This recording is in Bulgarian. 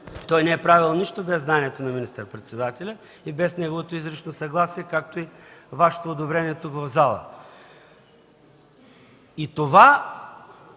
той не е правил нищо без знанието на министър-председателя и без неговото изрично съгласие, както и Вашето одобрение тук, в залата. И това